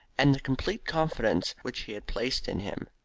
and the complete confidence which he had placed in him.